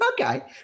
Okay